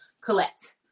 collect